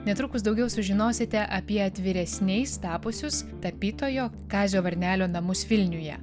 netrukus daugiau sužinosite apie atviresniais tapusius tapytojo kazio varnelio namus vilniuje